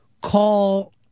call